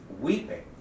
weeping